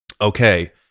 Okay